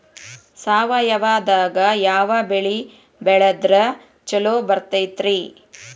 ಸಾವಯವದಾಗಾ ಯಾವ ಬೆಳಿ ಬೆಳದ್ರ ಛಲೋ ಬರ್ತೈತ್ರಿ?